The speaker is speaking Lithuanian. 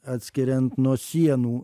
atskiriant nuo sienų